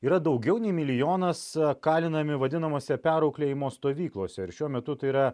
yra daugiau nei milijonas kalinami vadinamose perauklėjimo stovyklose ir šiuo metu tai yra